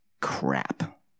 crap